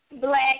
Black